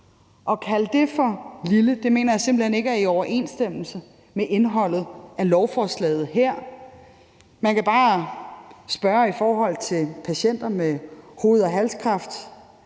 At kalde det for et lille skridt mener jeg simpelt hen ikke er i overensstemmelse med indholdet af lovforslaget her. Man kan bare spørge patienter med hoved-halskræft,